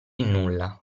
nulla